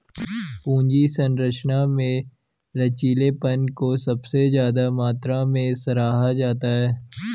पूंजी संरचना में लचीलेपन को सबसे ज्यादा मात्रा में सराहा जाता है